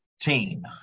team